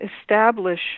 establish